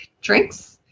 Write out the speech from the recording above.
drinks